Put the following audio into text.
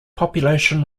population